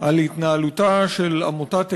על התנהלותה של עמותת אלע"ד,